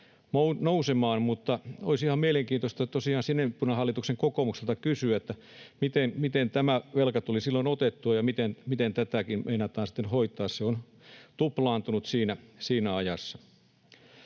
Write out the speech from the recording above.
nousemaan. Mutta olisi ihan mielenkiintoista tosiaan sinipunahallituksen kokoomukselta kysyä, miten tämä velka tuli silloin otettua ja miten tätäkin meinataan sitten hoitaa. Se on tuplaantunut siinä ajassa.